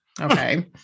Okay